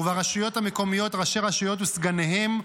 וברשויות המקומיות ראשי רשויות וסגניהם,